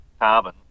carbon